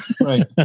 Right